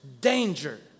danger